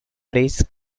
press